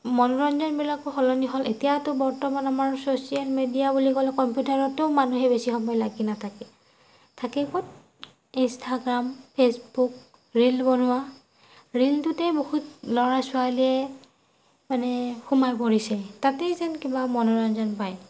মনোৰঞ্জনবিলাকো সলনি হ'ল এতিয়াতো বৰ্তমান আমাৰ ছ'চিয়েল মেডিয়া বুলি ক'লে কম্পিউটাৰততো মানুহে বেছি সময় লাগি নাথাকে থাকে ক'ত এই ইনষ্টাগ্ৰাম ফেচবুক ৰীল বনোৱা ৰীলটোতে বহুত ল'ৰা ছোৱালীয়ে মানে সোমাই পৰিছে তাতেই যেন কিবা মনোৰঞ্জন পায়